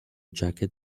jacket